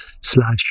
slash